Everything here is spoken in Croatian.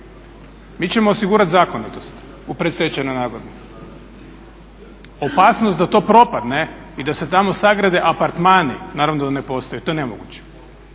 Mi ćemo osigurat zakonitost u predstečajnoj nagodbi. Opasnost da to propadne i da se tamo sagrade apartmani naravno da ne postoji, to je nemoguće,